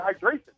hydration